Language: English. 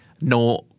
no